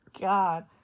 God